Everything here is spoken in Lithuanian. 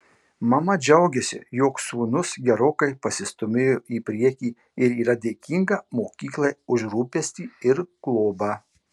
mama džiaugiasi jog sūnus gerokai pasistūmėjo į priekį ir yra dėkinga mokyklai už rūpestį ir globą